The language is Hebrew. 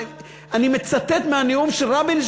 אני מצטט מהנאום של רבין,